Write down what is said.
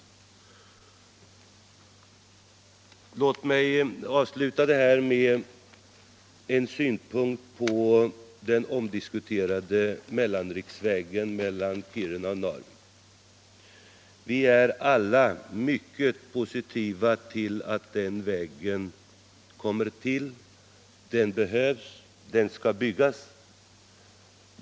Låt mig avsluta detta inlägg med en synpunkt på den omdiskuterade mellanriksvägen mellan Kiruna och Narvik. Vi är alla mycket positiva till att den vägen kommer till stånd. Den behövs. Den skall byggas.